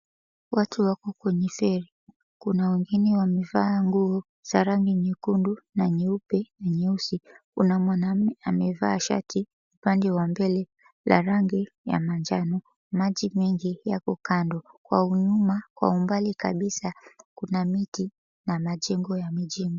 Watu wako kwenye feri, kuna wengine wamevaa nguo za rangi nyekundu na nyeupe na nyeusi. Kuna mwanaume amevaa shati upande wa mbele ya rangi ya manjano. Maji mengi yako kando kwa nyuma, kwa umbali kabisa kuna miti na majengo ya mjini.